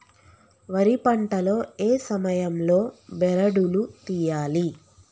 వరి పంట లో ఏ సమయం లో బెరడు లు తియ్యాలి?